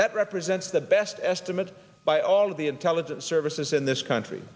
that represents the best esther but by all the intelligence services in this country